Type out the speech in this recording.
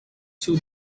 two